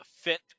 fit